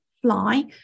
fly